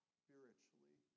spiritually